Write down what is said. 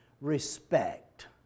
respect